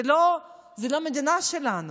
זאת לא המדינה שלנו.